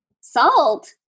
Salt